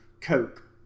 Coke